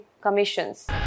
commissions